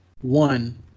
One